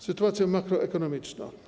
Sytuacja makroekonomiczna.